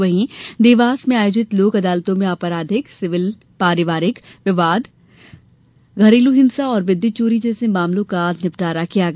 वहीं देवास में आयोजित लोक अदालतों में आपराधिक सिविल पारिवारिक विवाद घरेलू हिंसा और विद्युत चोरी जैसे मामलों का निपटारा किया गया